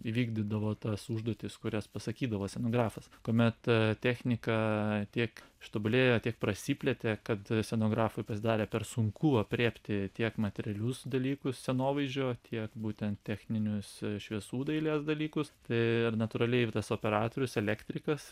įvykdydavo tas užduotis kurias pasakydavo scenografas kuomet technika tiek ištobulėjo tiek prasiplėtė kad scenografui pasidarė per sunku aprėpti tiek materialius dalykus scenovaizdžio tiek būtent techninius šviesų dailės dalykus tai ir natūraliai ir tas operatorius elektrikas